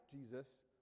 Jesus